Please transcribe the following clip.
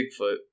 Bigfoot